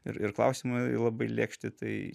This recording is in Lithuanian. ir ir klausimai labai lėkšti tai